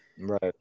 right